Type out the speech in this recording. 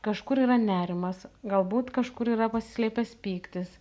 kažkur yra nerimas galbūt kažkur yra pasislėpęs pyktis